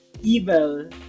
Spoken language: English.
Evil